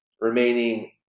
remaining